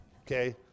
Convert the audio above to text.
okay